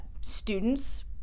students